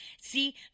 See